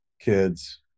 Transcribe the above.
kids